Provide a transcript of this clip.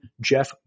Jeff